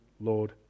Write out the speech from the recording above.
Lord